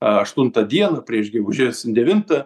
aštuntą dieną prieš gegužės devintą